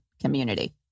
community